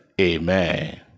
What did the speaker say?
Amen